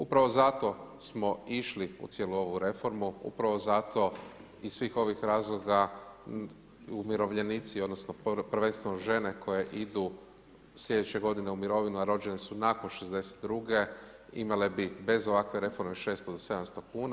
Upravo zato smo išli u cijelu ovu reformu, upravo zato iz svih ovih razloga, umirovljenici, odnosno, prvenstveno žene koje idu sljedeće g. u mirovinu, a rođene su nakon '62. imale bi bez ovakve reforme 600 ili 700 kn.